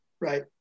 right